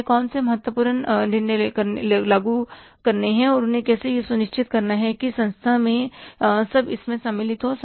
उन्हें कौन से महत्वपूर्ण निर्णय लागू करने हैं और उन्हें कैसे यह सुनिश्चित करना है कि संस्था में सब इसमें सम्मिलित हो